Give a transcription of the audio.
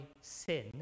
sin